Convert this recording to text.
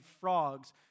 frogs